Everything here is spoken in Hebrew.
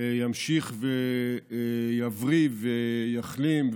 ימשיך ויבריא ויחלים.